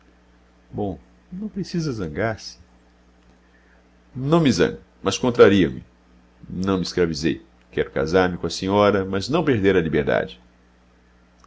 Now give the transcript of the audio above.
bom não precisa zangar-se não me zango mas contrario me não me escravizei quero casar-me com a senhora mas não perder a liberdade